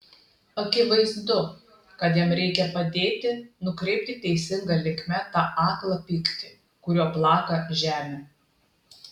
akivaizdu kad jam reikia padėti nukreipti teisinga linkme tą aklą pyktį kuriuo plaka žemę